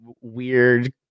weird